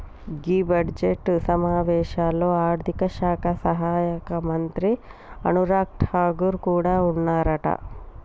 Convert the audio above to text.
గీ budget సమావేశాల్లో ఆర్థిక శాఖ సహాయక మంత్రి అనురాగ్ ఠాగూర్ కూడా ఉన్నారట